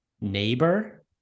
neighbor